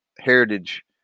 Heritage